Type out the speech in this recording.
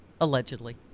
allegedly